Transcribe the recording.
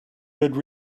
good